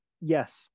yes